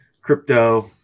Crypto